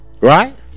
Right